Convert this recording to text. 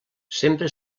sempre